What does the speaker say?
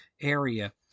area